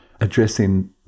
addressing